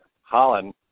Holland